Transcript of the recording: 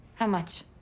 how much?